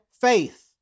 faith